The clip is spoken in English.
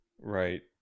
Right